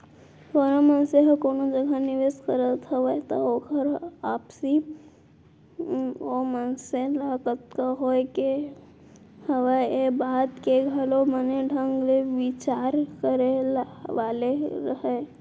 कोनो मनसे ह कोनो जगह निवेस करत हवय त ओकर वापसी ओ मनसे ल कतका होय के हवय ये बात के घलौ बने ढंग ले बिचार करे वाले हरय